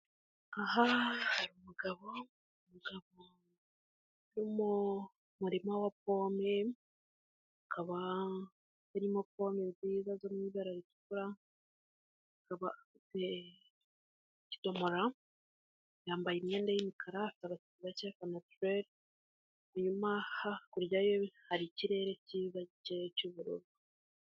Aha hari umugabo uri mu murima wa pome, akaba harimo pome nziza zo mu ibara ritukura, akaba afite ikidomora yambaye imyenda y'umukara, afite agasatsi gacye ka natirere, hakurya ye hari ikirere cyiza cy'ubururu.